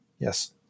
Yes